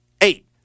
Eight